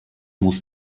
muss